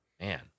Man